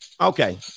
Okay